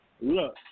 Look